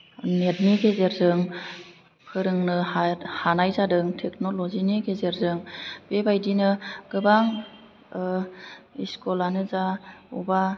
net नि गेजेरजों फोरोंनो हा हानाय जादों टेक्नल'जि नि गेजेरजों बेबायदिनो गोबां स्कुलानो जा अबा